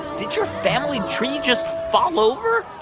did your family tree just fall over?